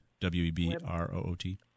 W-E-B-R-O-O-T